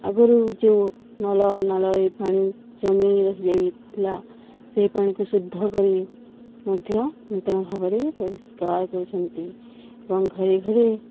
ଆଗରୁ ଯେଉଁ ନଳ ନଳ ଏ ପାଣି ଜମି ରହିଯାଇଥିଲା ସେଇ ପାଣିକୁ ଶୁଦ୍ଧ କରି ମଧ୍ୟ ନୂତନ ଭାବରେ ପରିଷ୍କାର କରୁଛନ୍ତି ଏବଂ ଘରେ ଘରେ